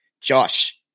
Josh